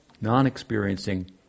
non-experiencing